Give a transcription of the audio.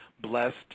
blessed